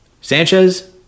Sanchez